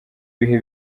bihe